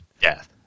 death